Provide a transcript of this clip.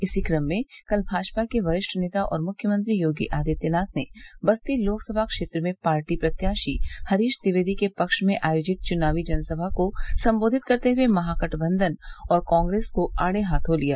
इसी क्रम में कल भाजपा के वरिष्ठ नेता और मुख्यमंत्री योगी आदित्यनाथ ने बस्ती लोकसभा क्षेत्र में पार्टी प्रत्याशी हरीश द्विवेदी के पक्ष में आयोजित चुनावी जनसभा को संबोधित करते हुए महागठबंधन और कांग्रेस को आड़े हाथों लिया